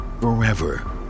forever